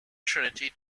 trinity